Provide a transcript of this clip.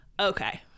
Okay